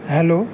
hello